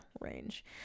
range